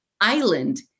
island